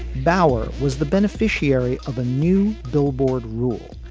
bauer was the beneficiary of a new billboard rule.